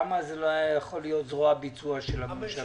למה זה לא היה יכול להיות זרוע ביצוע של הממשלה?